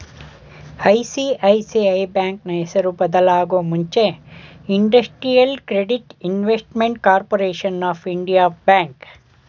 ICICI ಬ್ಯಾಂಕ್ನ ಹೆಸರು ಬದಲಾಗೂ ಮುಂಚೆ industrial credit investment corporation of India bank